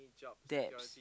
debts